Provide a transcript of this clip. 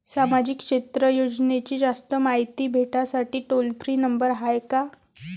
सामाजिक क्षेत्र योजनेची जास्त मायती भेटासाठी टोल फ्री नंबर हाय का?